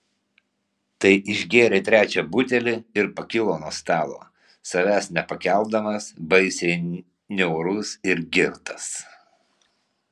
tai išgėrė trečią butelį ir pakilo nuo stalo savęs nepakeldamas baisiai niaurus ir girtas